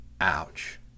Ouch